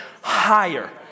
higher